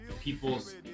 people's